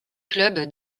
club